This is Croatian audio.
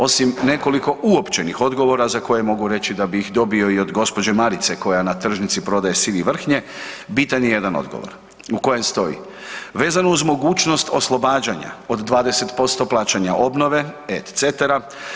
Osim nekoliko uopćenih odgovora, za koje mogu reći da bi ih dobio i od gđe. Marice koja na tržnici prodaje sir i vrhnje, bitan je jedan odgovor u kojem stoji, vezano uz mogućnost oslobađanja od 20% plaćanja obnove etc.